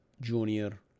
junior